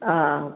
ആ